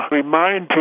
remind